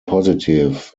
positive